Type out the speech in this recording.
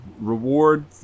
reward